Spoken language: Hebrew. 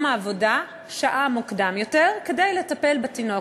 העבודה שעה מוקדם יותר כדי לטפל בתינוק.